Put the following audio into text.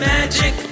Magic